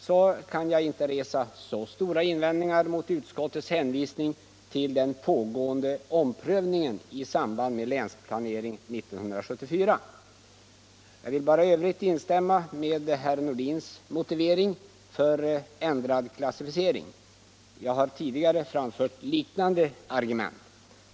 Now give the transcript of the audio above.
Jag kan inte resa så stora invändningar mot utskottets hänvisning till den pågående omprövningen i samband med arbetet med Länsplanering 1974. Jag vill här bara instämma i herr Nordins motivering för en ändrad klassificering. Jag har tidigare framfört liknande argument.